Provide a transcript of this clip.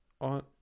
on